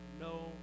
no